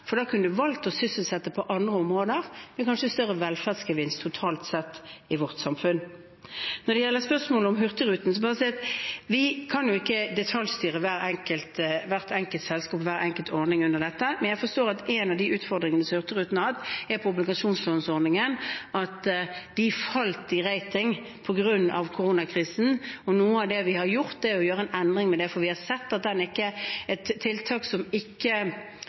for bare å sysselsette, for da kunne man valgt å sysselsette på andre områder til kanskje større velferdsgevinst totalt sett i vårt samfunn. Når det gjelder spørsmålet om Hurtigruten, må jeg bare si at vi kan ikke detaljstyre hvert enkelt selskap og hver enkelt ordning under dette. Men jeg forstår at en av de utfordringene som Hurtigruten har hatt, gjelder obligasjonsfondsordningen, at de falt i rating på grunn av koronakrisen. Noe av det vi har gjort, er å gjøre en endring på det, for vi har sett at det er et tiltak som ikke